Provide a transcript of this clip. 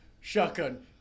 Shotgun